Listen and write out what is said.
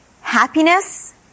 Happiness